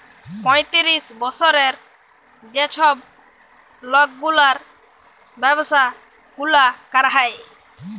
পঁয়তিরিশ বসরের যে ছব লকগুলার ব্যাবসা গুলা ক্যরা হ্যয়